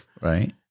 Right